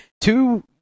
two